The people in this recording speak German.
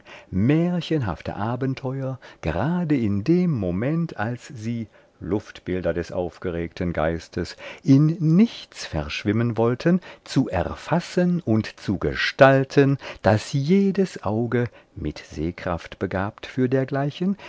märchenhafte abenteuer gerade in dem moment als sie luftbilder des aufgeregten geistes in nichts verschwimmen wollten zu erfassen und zu gestalten daß jedes auge mit sehkraft begabt für dergleichen